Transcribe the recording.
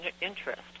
interest